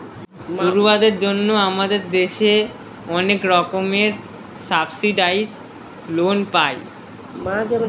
পড়ুয়াদের জন্য আমাদের দেশে অনেক রকমের সাবসিডাইসড লোন পায়